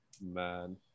man